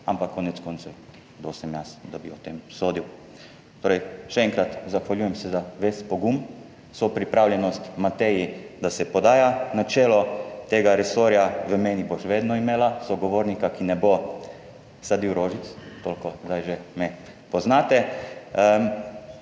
ampak konec koncev, kdo sem jaz, da bi o tem sodil. Torej, še enkrat, zahvaljujem se za ves pogum, vso pripravljenost Mateji, da se podaja na čelo tega resorja. V meni bo še vedno imela sogovornika, ki ne bo sadil rožic, toliko zdaj že me poznate,